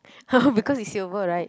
because it's silver right